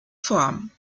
form